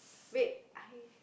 wait I